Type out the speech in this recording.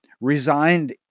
resigned